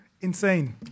Insane